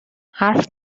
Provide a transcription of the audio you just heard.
حرف